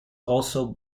also